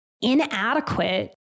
inadequate